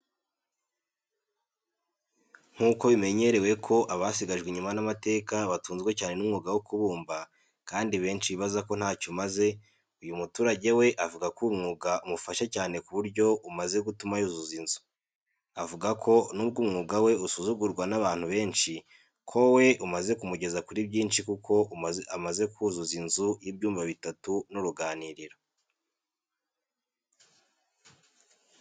Nk’uko bimenyerewe ko abasigajwe inyuma n’amateka batunzwe cyane n’umwuga wo kubumba, kandi benshi bibaza ko ntacyo umaze, uyu muturage we avuga ko uwo mwuga umufasha cyane ku buryo umaze gutuma yuzuza inzu. Avuga ko n’ubwo umwuga we usuzugurwa n’abantu benshi, ko we umaze kumugeza kuri byinshi kuko amaze kuzuza inzu y’ibyumba bitatu n’uruganiriro.